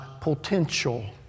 potential